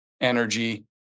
energy